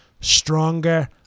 stronger